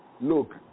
Look